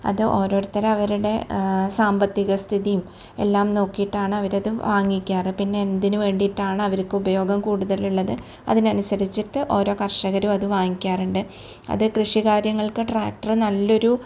അത് ഓരോരുത്തരവരുടെ സാമ്പത്തിക സ്ഥിതീം എല്ലാം നോക്കീട്ടാണ് അവരത് വാങ്ങിക്കാറ് പിന്നെന്തിന് വേണ്ടീട്ടാണ് അവർക്ക് ഉപയോഗം കൂട്തലുള്ളത് അതിനനുസരിച്ചിട്ട് ഓരോ കർഷകരും അത് വാങ്ങിക്കാറുണ്ട് അത് കൃഷികാര്യങ്ങൾക്ക് ട്രാക്ടറ് നല്ലൊരു